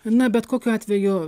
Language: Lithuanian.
na bet kokiu atveju